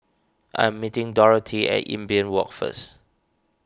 I'm meeting Dorothy at Imbiah Walk first